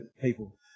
people